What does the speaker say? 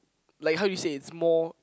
like how you say it's more